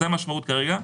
זאת המשמעות כרגע.